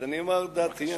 אז אומר את דעתי.